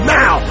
now